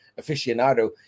aficionado